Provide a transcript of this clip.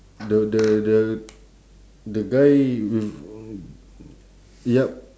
the the the the guy with yup